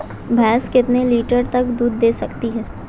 भैंस कितने लीटर तक दूध दे सकती है?